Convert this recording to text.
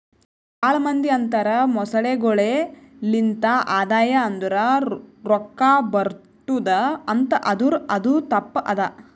ಭಾಳ ಮಂದಿ ಅಂತರ್ ಮೊಸಳೆಗೊಳೆ ಲಿಂತ್ ಆದಾಯ ಅಂದುರ್ ರೊಕ್ಕಾ ಬರ್ಟುದ್ ಅಂತ್ ಆದುರ್ ಅದು ತಪ್ಪ ಅದಾ